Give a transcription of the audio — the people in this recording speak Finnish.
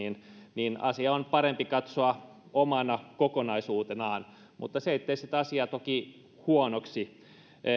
eli asia on parempi katsoa omana kokonaisuutenaan mutta se ei tee sitä asiaa toki huonoksi